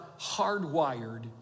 hardwired